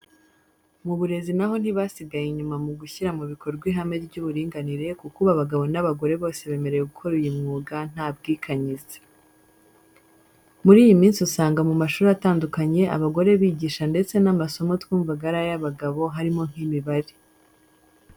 Mu burezi na ho ntibasigaye inyuma mu gushyira mu bikorwa ihame ry'uburinganire kuko ubu abagabo n'abagore bose bemerewe gukora uyu mwuga nta bwikanyize. Muri iyi minsi usanga mu mashuri atandukanye abagore bigisha ndetse n'amasomo twumvaga ari ay'abagabo harimo nk'imibare.